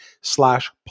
slash